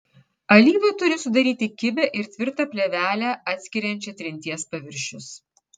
alyva turi sudaryti kibią ir tvirtą plėvelę atskiriančią trinties paviršius